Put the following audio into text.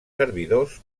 servidors